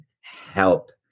help